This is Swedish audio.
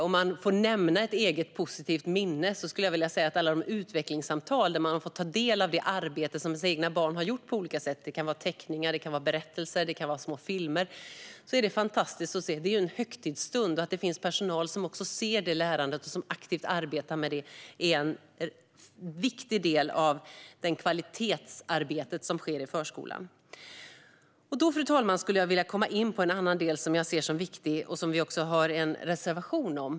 Om jag får nämna ett eget positivt minne skulle jag vilja nämna alla de utvecklingssamtal där man får ta del av det arbete som ens egna barn har gjort - det kan vara teckningar, berättelser eller små filmer. Det är fantastiskt att se; det är en högtidsstund. Att det finns personal som ser det lärandet och aktivt arbetar med det är en viktig del av kvalitetsarbetet som sker i förskolan. Nu, fru talman, skulle jag vilja komma in på en annan del som jag ser som viktig och som vi också har en reservation om.